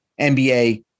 NBA